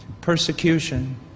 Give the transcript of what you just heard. persecution